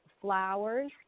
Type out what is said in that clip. flowers